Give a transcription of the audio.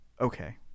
okay